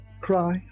cry